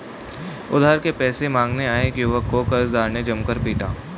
उधार के पैसे मांगने आये एक युवक को कर्जदार ने जमकर पीटा